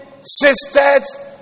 sisters